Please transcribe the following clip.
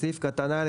בסעיף קטן (א),